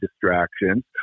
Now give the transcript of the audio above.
distractions